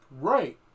Right